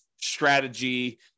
strategy